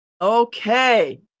Okay